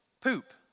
poop